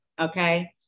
Okay